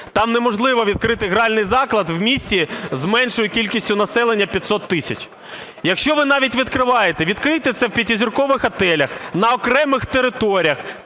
Там неможливо відкрити гральний заклад в місті з меншою кількістю населення 500 тисяч. Якщо ви навіть відкриваєте, відкрийте це в п'ятизіркових готелях, на окремих територіях,